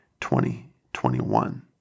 2021